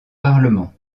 parlement